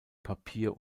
papier